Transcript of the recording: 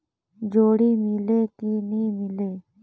जोणी मीले कि नी मिले?